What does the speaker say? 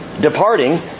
Departing